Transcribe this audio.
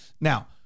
Now